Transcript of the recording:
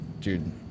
dude